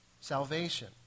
salvation